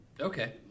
Okay